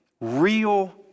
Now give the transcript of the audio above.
real